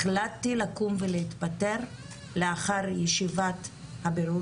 החלטתי לקום ולהתפטר לאחר ישיבת הבירור